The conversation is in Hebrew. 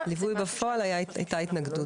ליווי בפועל היתה התנגדות.